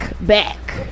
back